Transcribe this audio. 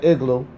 Igloo